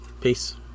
Peace